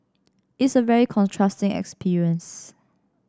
it's a very contrasting experience